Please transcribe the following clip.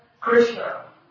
Krishna